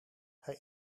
hij